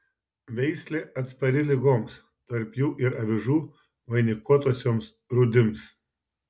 veislė atspari ligoms tarp jų ir avižų vainikuotosioms rūdims